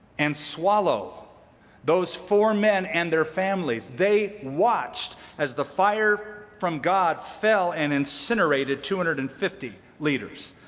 and swallow those four men and their families. they watched as the fire from god fell and incinerated two hundred and fifty leaders.